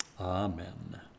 Amen